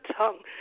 tongue